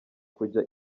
kujya